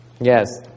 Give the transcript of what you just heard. Yes